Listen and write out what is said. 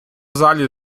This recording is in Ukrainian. залі